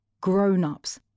grown-ups